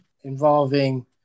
involving